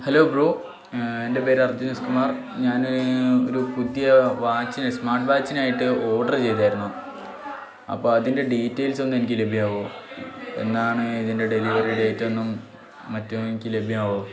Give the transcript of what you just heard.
hello bro എൻ്റെ പേര് Arjun S Kumar ഞാൻ ഒരു പുതിയ വാച്ചിന് സ്മാർട്ട് വാച്ചിനായിട്ട് ഓർഡറ് ചെയ്തിരുന്നു അപ്പോൾ അതിൻ്റെ ഡീറ്റെയിൽസൊന്ന് എനിക്ക് ലഭ്യാവുമോ എന്നാണ് ഇതിൻ്റെ ഡെലിവറി ഡേറ്റെന്നും മറ്റും എനിക്ക് ലഭ്യമാവുമോ